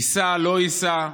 היסה לא היסה,